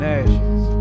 ashes